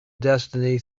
destiny